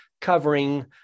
covering